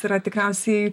yra tikriausiai